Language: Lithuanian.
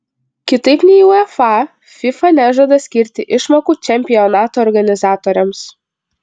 kitaip nei uefa fifa nežada skirti išmokų čempionato organizatoriams